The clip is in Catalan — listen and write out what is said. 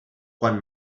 quan